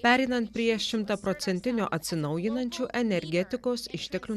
pereinant prie šimtaprocentinio atsinaujinančių energetikos išteklių